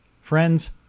Friends